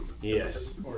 Yes